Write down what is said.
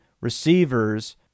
receivers –